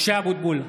משה אבוטבול,